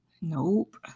Nope